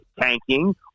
tanking